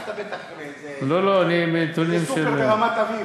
לקחת בטח מאיזה סוּפּר ברמת-אביב,